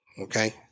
okay